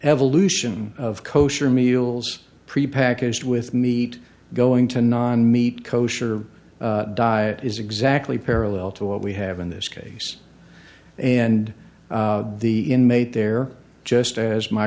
evolution of kosher meals prepackaged with meat going to non meat kosher diet is exactly parallel to what we have in this case and the inmate there just as my